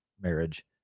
marriage